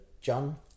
John